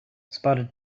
spotted